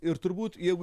ir turbūt jeigu